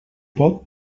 pot